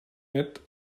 innit